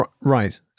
Right